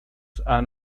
han